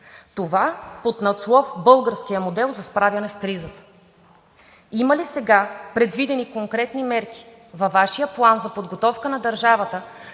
Това под надслов: „Българският модел за справяне с кризата“. Има ли сега предвидени конкретни мерки във Вашия план за подготовка на държавата,